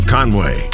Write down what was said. Conway